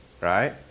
right